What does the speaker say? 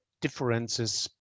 differences